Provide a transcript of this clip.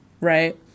right